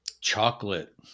Chocolate